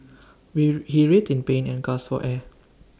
he writhed in pain and gasped for air